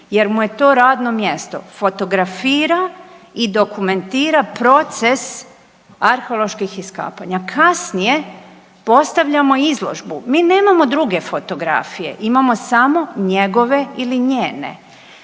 jer mu je to radno mjesto. Fotografira i dokumentira proces arheoloških iskapanja. Kasnije postavljamo izložbu. Mi nemamo druge fotografije. Imamo samo njegove ili njene.